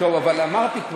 כבר אמרתי,